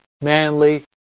manly